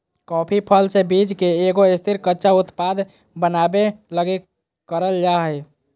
coffee फल से बीज के एगो स्थिर, कच्चा उत्पाद बनाबे लगी करल जा हइ